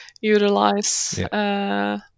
utilize